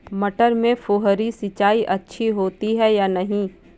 मटर में फुहरी सिंचाई अच्छी होती है या नहीं?